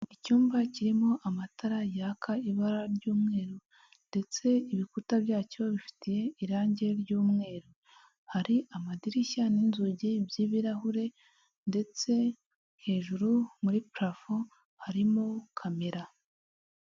Icyumba kirimo amatara yaka ibara ry'umweru, ndetse ibikuta byacyo bifite irangi ry'umweru, hari amadirishya n'inzugi by'ibirahure ndetse hejuru muri parafo harimo kamera.